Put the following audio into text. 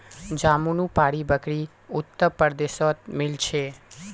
जमानुपारी बकरी उत्तर प्रदेशत मिल छे